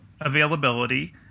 availability